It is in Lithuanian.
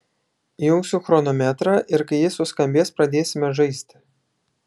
įjungsiu chronometrą ir kai jis suskambės pradėsime žaisti